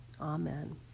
Amen